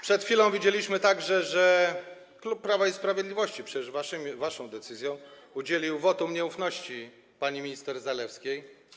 Przed chwilą widzieliśmy także, że klub Prawa i Sprawiedliwości - to wasza decyzja - udzielił wotum nieufności pani minister Zalewskiej.